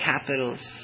capital's